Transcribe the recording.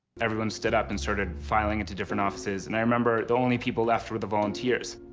everyone stood up and started filing into different offices. and i remember the only people left were the volunteers.